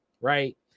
right